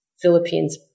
Philippines